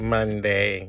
Monday